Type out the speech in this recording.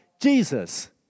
Jesus